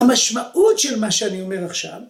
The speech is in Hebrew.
המשמעות של מה שאני אומר עכשיו.